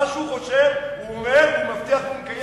מה שהוא חושב הוא אומר, הוא מבטיח והוא מקיים.